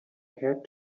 had